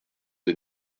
des